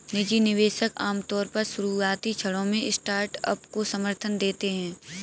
निजी निवेशक आमतौर पर शुरुआती क्षणों में स्टार्टअप को समर्थन देते हैं